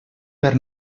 per